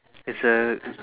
it's a